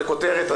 לכותרת,